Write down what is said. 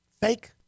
fake